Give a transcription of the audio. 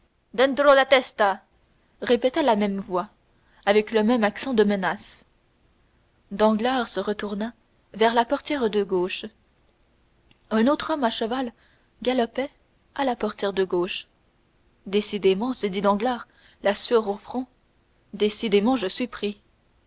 répéta la même voix avec le même accent de menace danglars se retourna vers la portière de gauche un autre homme à cheval galopait à la portière de gauche décidément se dit danglars la sueur au front décidément je suis pris